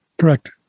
Correct